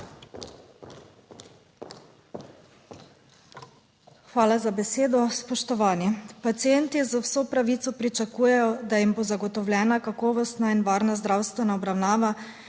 Hvala za besedo. Spoštovani! Pacienti z vso pravico pričakujejo, da jim bo zagotovljena kakovostna in varna zdravstvena obravnava